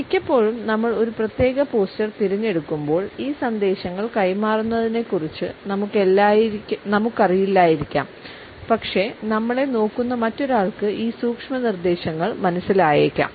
മിക്കപ്പോഴും നമ്മൾ ഒരു പ്രത്യേക പോസ്ചർ തിരഞ്ഞെടുക്കുമ്പോൾ ഈ സന്ദേശങ്ങൾ കൈമാറുന്നതിനെക്കുറിച്ച് നമുക്കറിയില്ലായിരിക്കാം പക്ഷേ നമ്മളെ നോക്കുന്ന മറ്റൊരാൾക്ക് ഈ സൂക്ഷ്മ നിർദ്ദേശങ്ങൾ മനസ്സില്ലായേക്കാം